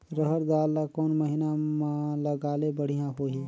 रहर दाल ला कोन महीना म लगाले बढ़िया होही?